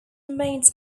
remains